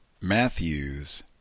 Matthews